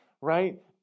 right